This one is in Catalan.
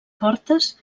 portes